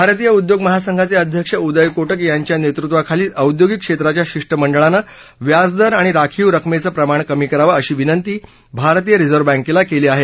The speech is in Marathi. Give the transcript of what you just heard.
भारतीय उद्योग महासंघाचे अध्यक्ष उदय कोटक यांच्या नेतृत्वाखालील औद्योगिक क्षेत्राच्या शिष्टमंडळानं व्याजदर आणि राखीव रकमेचं प्रमाण कमी करावं अशी विनंती भारतीय रिझर्व बँकेला केली आहे